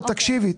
תקשיבי.